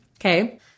okay